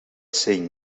saying